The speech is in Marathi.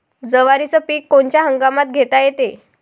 जवारीचं पीक कोनच्या हंगामात घेता येते?